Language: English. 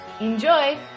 Enjoy